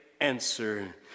answer